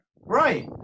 Right